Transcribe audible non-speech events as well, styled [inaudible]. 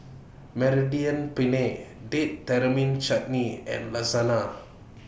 Mediterranean Penne Date Tamarind Chutney and [unintelligible] [noise]